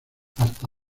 hasta